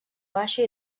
baixa